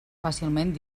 fàcilment